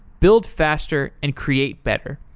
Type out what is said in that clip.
build faster and create better.